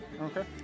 Okay